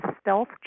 stealth